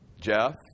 Jeff